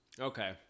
Okay